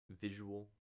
visual